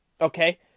Okay